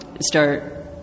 start